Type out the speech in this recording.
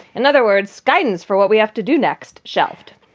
in other words, guidance for what we have to do next. shelved.